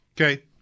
Okay